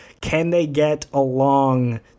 can-they-get-along